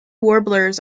warblers